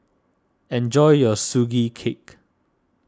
enjoy your Sugee Cake